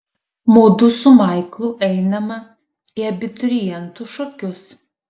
mudu su maiklu einame į abiturientų šokius